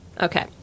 Okay